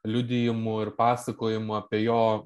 liudijimų ir pasakojimų apie jo